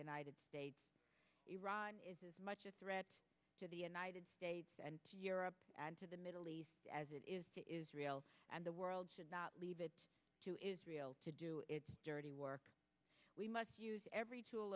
united states iran is as much a threat to the united states and to europe and to the middle east as it is to israel and the world should not leave it to israel to do its dirty work we must use every tool